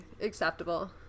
Acceptable